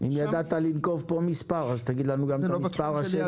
אם ידעת לנקוב פה מספר אז תגיד לנו גם את המספר השני.